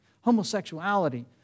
homosexuality